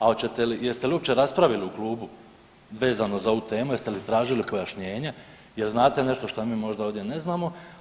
A jeste li uopće raspravili u klubu vezano za ovu temu, jeste li tražili pojašnjenje, jel znate nešto što mi možda ovdje ne znamo?